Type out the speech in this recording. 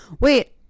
Wait